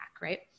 right